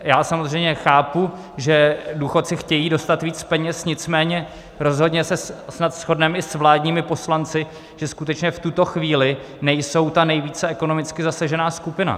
Já samozřejmě chápu, že důchodci chtějí dostat víc peněz, nicméně rozhodně se snad shodneme i s vládními poslanci, že skutečně v tuto chvíli nejsou ta nejvíce ekonomicky zasažená skupina.